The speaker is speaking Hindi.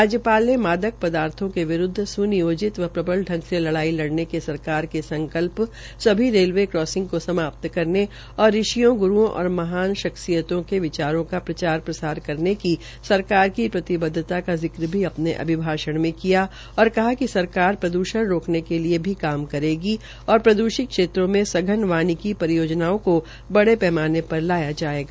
राज्य पाल ने मादक पदार्थो के विरूदव स्नियोजित व प्रबल ढ़ग से लड़ाई लड़क्षे के सरकार के संकल्प सभी रेलवे क्रांसिंग को समाप्त करने और ऋषियों ग्रूओं और महान हस्तियों के विचारों का प्रचार प्रसार करने की सरकार की प्रतिबदवता का जिक्र भी अपने अभिभाषण में किया और कहा कि सरकार प्रद्षण रोकने के लिए भी काम करेगी और प्रद्रषित क्षेत्रो में सघन वानिकी परियोजनाओं को बड़े पैमाने पर लाया जायेगा